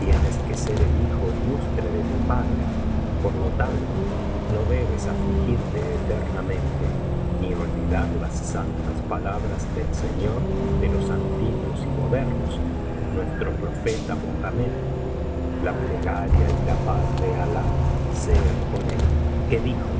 que ser el hijo ilustre de tu padre por lo tanto no debes afligirte eternamente ni olvidar las santas palabras del señor de los antiguos y modernos nuestro profeta mohamed la plegaria y la paz de alah sean con el que dijo